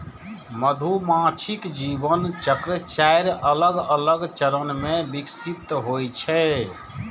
मधुमाछीक जीवन चक्र चारि अलग अलग चरण मे विकसित होइ छै